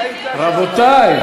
רבותי,